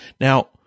Now